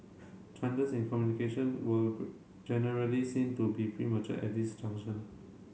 changes in communication were generally seen to be premature at this junction